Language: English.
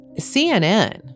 CNN